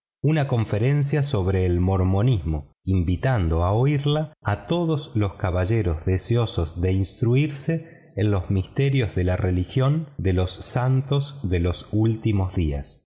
una conferencia sobre el mormonismo invitando a oírla a todos los caballeros deseosos de instruirse en los misterios de la religión de los santos de los últimos días